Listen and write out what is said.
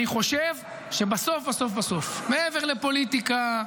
אני חושב שבסוף בסוף בסוף, מעבר לפוליטיקה,